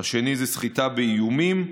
השני זה סחיטה באיומים,